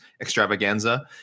extravaganza